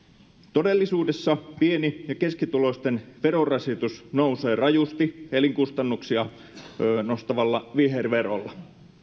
todellisuudessa pieni ja keskituloisten verorasitus nousee rajusti elinkustannuksia nostavalla viherverolla